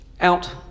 out